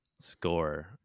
score